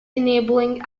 enabling